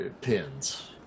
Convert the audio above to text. pins